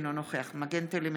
אינו נוכח לימור מגן תלם,